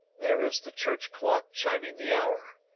there is the church clock chiming the hour.